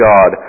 God